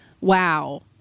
Wow